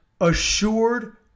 assured